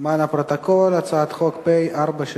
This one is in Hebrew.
למען הפרוטוקול, הצעת חוק פ/469.